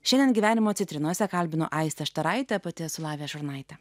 šiandien gyvenimo citrinose kalbino aistė štaraitė pati esu lavija šurnaitė